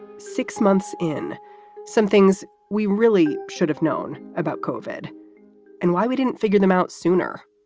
six months in some things we really should have known about covid and why we didn't figure them out sooner.